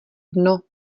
dno